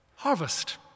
Harvest